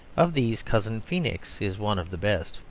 of these cousin feenix is one of the best.